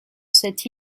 cette